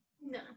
no